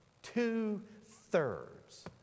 Two-thirds